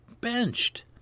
benched